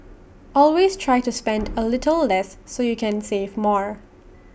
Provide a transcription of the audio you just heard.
always try to spend A little less so you can save more